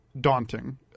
daunting